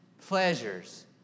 pleasures